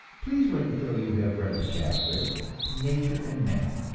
please wait until you have read the chapter nature and man,